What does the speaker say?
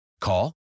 Call